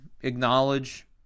acknowledge